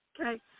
okay